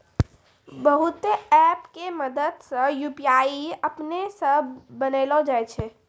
बहुते ऐप के मदद से यू.पी.आई अपनै से बनैलो जाय छै